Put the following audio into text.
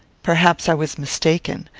perhaps i was mistaken.